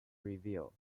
review